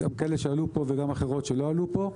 גם כאלה שעלו פה וגם אחרות שלא עלו פה,